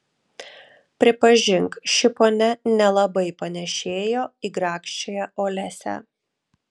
pripažink ši ponia nelabai panėšėjo į grakščiąją olesią